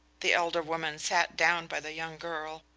the elder woman sat down by the young girl,